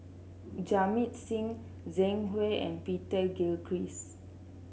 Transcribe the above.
Jamit Singh Zhang Hui and Peter Gilchrist